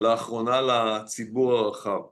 לאחרונה לציבור הרחב